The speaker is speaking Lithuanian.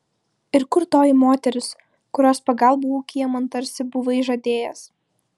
ir kur toji moteris kurios pagalbą ūkyje man tarsi buvai žadėjęs